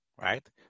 Right